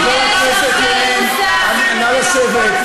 חבר הכנסת ילין, נא לשבת.